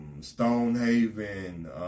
Stonehaven